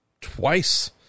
twice